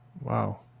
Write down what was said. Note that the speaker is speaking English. wow